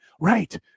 right